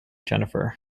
jennifer